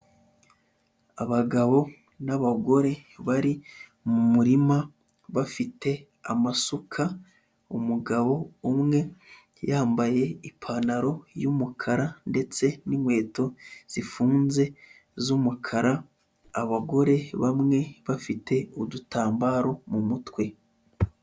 Abagabo n'abagore bari mu murima bafite amasuka, umugabo umwe yambaye ipantaro y'umukara ndetse n'inkweto zifunze z'umukara, abagore bamwe bafite udutambaro mu mutwe.